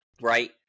Right